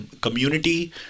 community